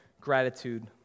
gratitude